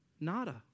Nada